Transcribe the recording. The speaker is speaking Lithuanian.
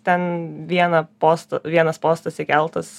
ten vieną postą vienas postas įkeltas